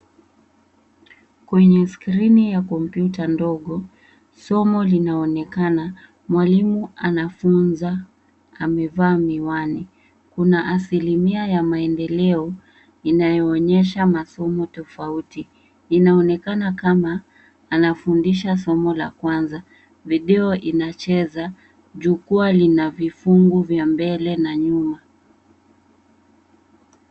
Kwenye skrini ya kompyuta ndogo, somo linaonekana. Mwalimu anafunza amevaa miwani. Kuna asilimia ya maendeleo, inayoonyesha masomo tofauti. Inaonekana kama, anafundisha somo la kwanza. Video inacheza, jukwaa lina vifungu vya mbele na nyuma.